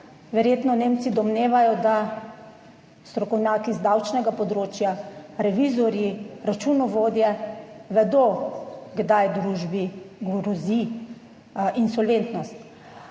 Verjetno Nemci domnevajo, da strokovnjaki z davčnega področja, revizorji, računovodje vedo, kdaj družbi grozi insolventnost.